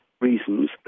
Reasons